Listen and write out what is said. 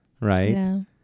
Right